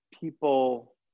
people